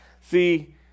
See